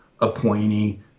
appointee